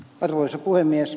arvoisa puhemies